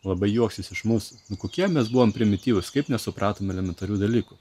labai juoksis iš mūsų kokie mes buvom primityvūs kaip nesupratom elementarių dalykų